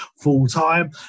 full-time